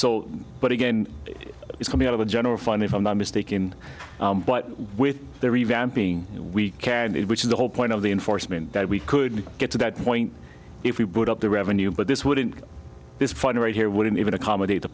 so but again it's coming out of the general fund if i'm not mistaken but with the revamping we can do it which is the whole point of the enforcement that we could get to that point if we put up the revenue but this wouldn't this fund right here wouldn't even accommodate the